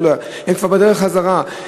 הם כבר בדרך חזרה.